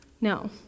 no